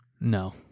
No